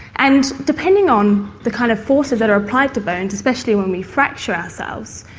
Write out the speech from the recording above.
and depending on the kind of forces that are applied to bones, especially when we fracture ourselves,